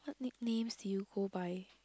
nicknames do you go by